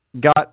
got